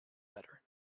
better